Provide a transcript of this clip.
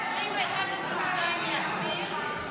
הסתייגויות 21, 22, להסיר.